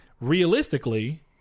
realistically